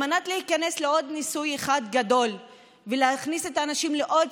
כדי להיכנס לעוד ניסוי אחד גדול ולהכניס את האנשים לעוד